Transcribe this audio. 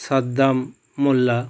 Saddam Molla